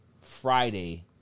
Friday